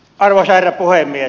arvoisa herra puhemies